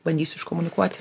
bandysiu iškomunikuoti